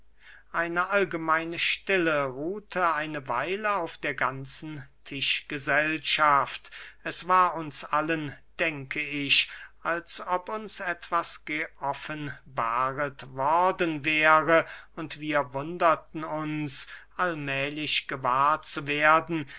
eine allgemeine stille ruhte eine weile auf der ganzen tischgesellschaft es war uns allen denke ich als ob uns etwas geoffenbaret worden wäre und wir wunderten uns allmählich gewahr zu werden